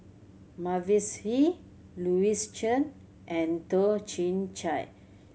Mavis Hee Louis Chen and Toh Chin Chye